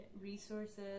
resources